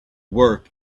work